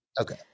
okay